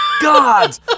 Gods